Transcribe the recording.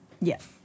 yes